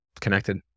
connected